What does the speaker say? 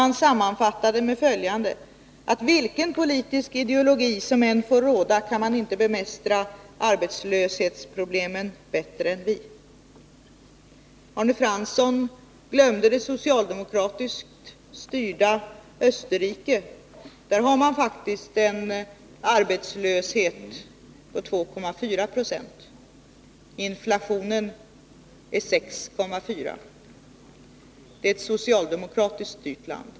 Han sammanfattade: Vilken politisk ideologi som än får råda kan man inte bemästra arbetslöshetsproblemen bättre än vad vi kan göra. Arne Fransson glömde då det socialdemokratiskt styrda Österrike. Där har man faktiskt en arbetslöshet på 2,4 Jo, och inflationen är 6,4 26. Österrike är ett socialdemokratiskt styrt land.